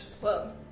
Whoa